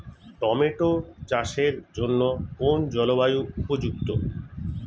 Tomato চাষের জন্য কোন জলবায়ু উপযুক্ত?